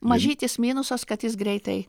mažytis minusas kad jis greitai